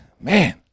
man